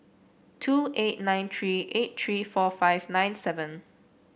two eight nine three eight three four five nine seven